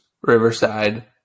riverside